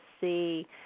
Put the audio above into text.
see